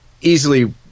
easily